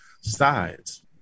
sides